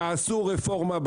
תעשו רפורמה.